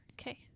Okay